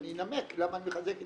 ואני אנמק למה אני מחזק אתכם.